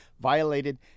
violated